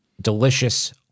delicious